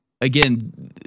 again